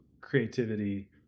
creativity